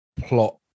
plot